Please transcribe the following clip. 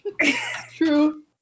true